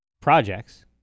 projects